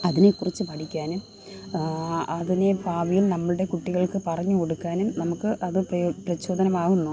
അതിനെക്കുറിച്ച് പഠിക്കാനും അതിനെ ഭാവിയില് നമ്മുടെ കുട്ടികള്ക്കു പറഞ്ഞു കൊടുക്കാനും നമുക്ക് അത് പ്രചോദനമാകുന്നു